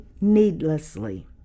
needlessly